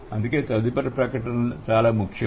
అందుకే తదుపరిది ప్రకటన చాలా ముఖ్యం